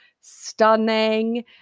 stunning